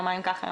יומיים ככה,